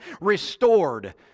restored